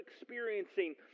experiencing